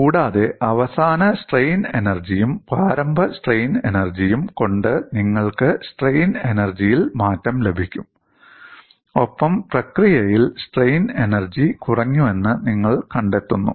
കൂടാതെ അവസാന സ്ട്രെയിൻ എനർജിയും പ്രാരംഭ സ്ട്രെയിൻ എനർജിയും കൊണ്ട് നിങ്ങൾക്ക് സ്ട്രെയിൻ എനർജിയിൽ മാറ്റം ലഭിക്കും ഒപ്പം പ്രക്രിയയിൽ സ്ട്രെയിൻ എനർജി കുറഞ്ഞുവെന്ന് നിങ്ങൾ കണ്ടെത്തുന്നു